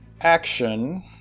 action